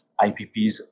IPPs